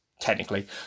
technically